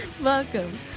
welcome